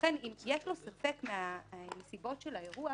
לכן אם יש לו ספק מהנסיבות של האירוע,